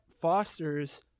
fosters